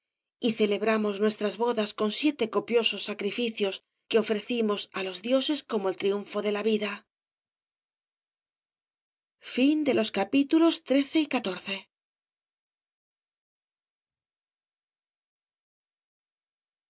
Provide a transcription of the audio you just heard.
celebramos nuestras bodas con siete copiosos sacrificios que ofrecimos á los dioses como el triunfo de la vida z memorias